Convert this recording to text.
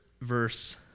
verse